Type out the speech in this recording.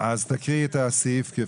תקריאי את הסעיף.